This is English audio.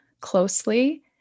closely